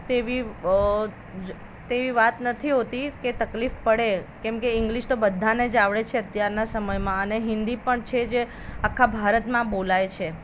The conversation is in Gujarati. તેવી વ તેવી વાત નથી હોતી કે તકલીફ પડે કેમકે ઇંગલિશ તો બધાને જ આવડે છે અત્યારના સમયમાં અને હિન્દી પણ છે જે આખા ભારતમાં બોલાય છે